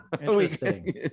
Interesting